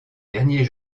dernier